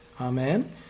Amen